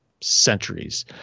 centuries